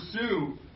pursue